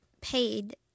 paid